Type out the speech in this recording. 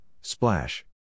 splash